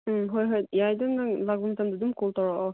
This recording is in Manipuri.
ꯎꯝ ꯍꯣꯏ ꯍꯣꯏ ꯌꯥꯏꯗ ꯅꯪ ꯂꯥꯛꯄ ꯃꯇꯝꯗ ꯑꯗꯨꯝ ꯀꯣꯜ ꯇꯧꯔꯛꯑꯣ